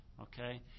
Okay